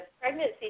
pregnancy